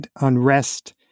unrest